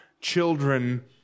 children